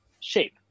shape